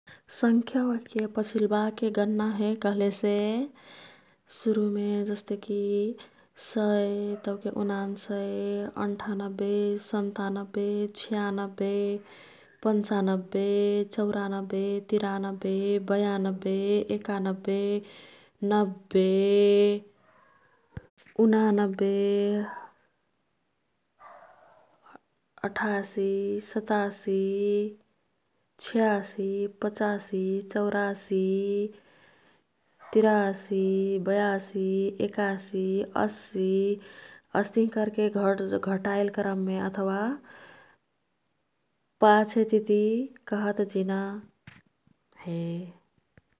संख्या ओह्के पछिलबाके गन्नाहे कह्लेसे सुरुमे जस्तेकी सउ तौके निनान्बे, अन्ठान्बे, सन्तान्बे, छियान्बे, पन्चान्बे, चौरान्बे, तिरन्बे, बयान्बे, एकान्बे, नब्बे, नेवासी, अठासी, सतासी, छियासी, पचासी, चौरासी, तिरासी, बयासी, एकासी, असी अस्तिही कर्के घटाईल क्रममे अथवा पाछेतिती कहत जिना हे।